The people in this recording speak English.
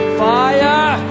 fire